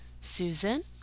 Susan